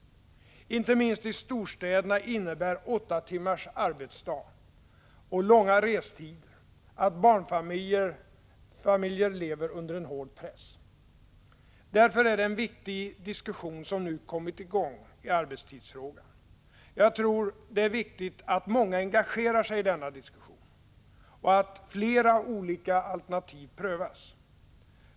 Inte minst i storstäderna innebär åtta timmars arbetsdag och långa restider att barnfamiljer lever under en hård press. Därför är det en viktig diskussion som nu kommit i gång i arbetstidsfrågan. Jag tror det är viktigt att många engagerar sig i denna diskussion och att flera olika alternativ prövas.